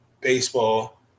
baseball